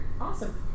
Awesome